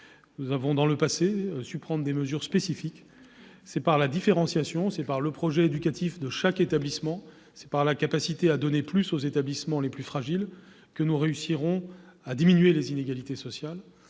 nous avons su prendre des mesures spécifiques. C'est par la différenciation, grâce au projet éducatif de chaque établissement, et par notre capacité à donner davantage aux établissements les plus fragiles, que nous réussirons à diminuer les inégalités sociales